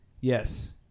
Yes